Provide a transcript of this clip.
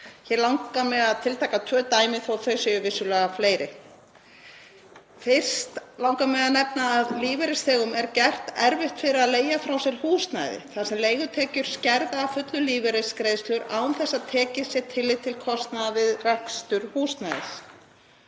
Mig langar að tiltaka hér tvö dæmi þótt þau séu vissulega fleiri. Fyrst langar mig að nefna að lífeyrisþegum er gert erfitt fyrir að leigja frá sér húsnæði þar sem leigutekjur skerða lífeyrisgreiðslur að fullu án þess að tekið sé tillit til kostnaðar við rekstur húsnæðis.